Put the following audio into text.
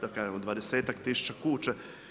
Da kažemo, dvadesetak tisuća kuća.